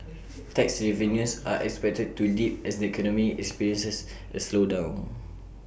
tax revenues are expected to dip as the economy experiences A slowdown